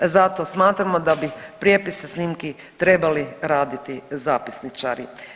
Zato smatramo da bi prijepise snimki trebali raditi zapisničari.